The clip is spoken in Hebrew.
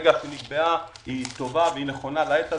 כרגע היא טובה והיא נכונה לעת הזו,